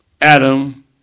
Adam